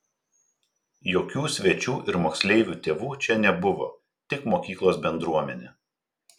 jokių svečių ir moksleivių tėvų čia nebuvo tik mokyklos bendruomenė